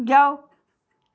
जाओ